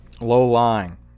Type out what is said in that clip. low-lying